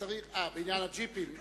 בעניין הג'יפים?